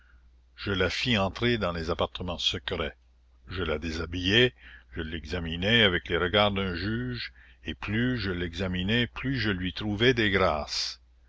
je la fis entrer dans les appartements secrets je la déshabillai je l'examinai avec les regards d'un juge et plus je l'examinai plus je lui trouvai de grâces